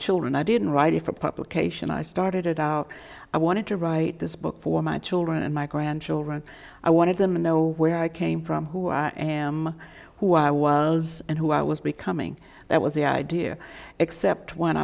children i didn't write it for publication i started out i wanted to write this book for my children and my grandchildren i wanted them and know where i came from who i am who i was and who i was becoming that was the idea except when